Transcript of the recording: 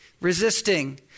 Resisting